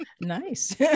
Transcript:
Nice